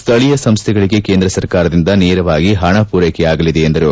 ಸ್ಥಳೀಯ ಸಂಸ್ಥೆಗಳಿಗೆ ಕೇಂದ್ರ ಸರ್ಕಾರದಿಂದ ನೇರವಾಗಿ ಪಣ ಪೂರೈಕೆಯಾಗಲಿದೆ ಎಂದರು